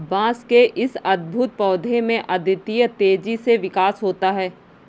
बांस के इस अद्भुत पौधे में अद्वितीय तेजी से विकास होता है